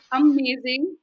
amazing